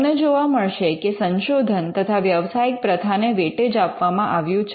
તમને જોવા મળશે કે સંશોધન તથા વ્યવસાયિક પ્રથાને વેટેજ આપવામાં આવ્યું છે